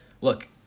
Look